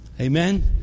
Amen